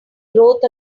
growth